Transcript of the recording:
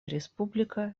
республика